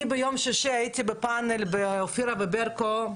אני ביום שישי הייתי בפאנל ב"אופירה וברקו"